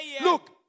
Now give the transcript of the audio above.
Look